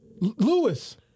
Lewis